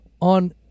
on